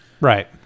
Right